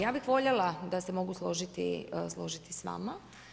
Ja bih voljela da se mogu složiti s vama.